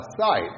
sight